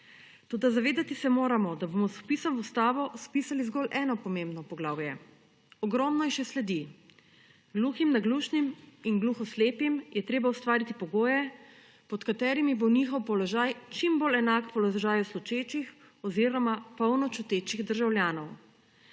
Toda zavedati se moramo, da bomo z vpisom v ustavo spisali zgolj eno pomembno poglavje, ogromno ji še sledi. Gluhim, naglušnim in gluhoslepim je treba ustvariti pogoje, pod katerimi bo njihov položaj čim bolj enak položaju slišečih oziroma polno čutečih državljanov